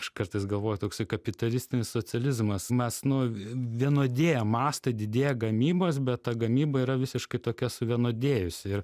aš kartais galvoju toks kapitalistinis socializmas mes nu vienodėjam mastai didėja gamybos bet ta gamyba yra visiškai tokia suvienodėjusi ir